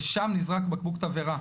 לשם נזרק בקבוק תבערה.